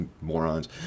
morons